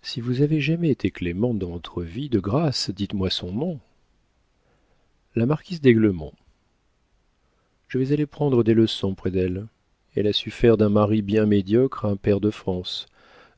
si vous avez jamais été clémente dans votre vie de grâce dites-moi son nom la marquise d'aiglemont je vais aller prendre des leçons près d'elle elle a su faire d'un mari bien médiocre un pair de france